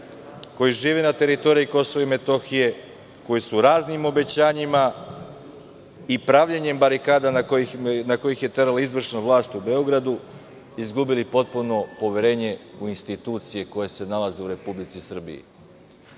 koji žive na teritoriji Kosova i Metohije, koji su raznim obećanjima i pravljenjem barikada na koje ih je terala izvršna vlast u Beogradu, izgubili potpuno poverenje u institucije koje se nalaze u Republici Srbiji. Dame